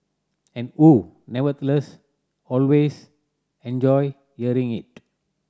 and who nevertheless always enjoy hearing it